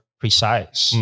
precise